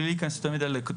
בלי להיכנס יותר מדי לדקויות,